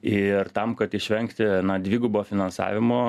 ir tam kad išvengti dvigubo finansavimo